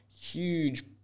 huge